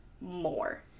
more